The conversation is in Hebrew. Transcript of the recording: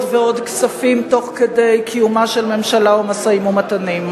ועוד כספים תוך כדי קיומה של ממשלה ומשאים-ומתנים.